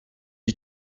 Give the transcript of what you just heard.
ait